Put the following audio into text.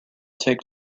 take